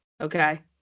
Okay